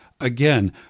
again